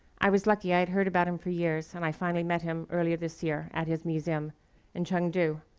i was lucky i had heard about him for years, and i finally met him earlier this year at his museum in chengdu.